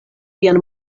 vian